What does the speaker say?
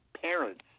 parents